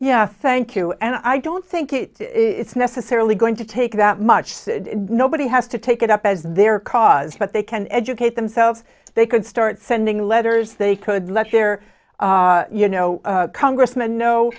yeah thank you and i don't think it's necessarily going to take that much said nobody has to take it up as their cause but they can educate themselves they can start sending letters they could let their you know congressman know